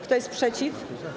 Kto jest przeciw?